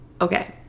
Okay